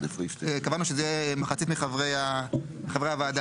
קבענו שזה יהיה מחצית מחברי הוועדה.